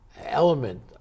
element